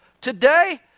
Today